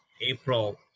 April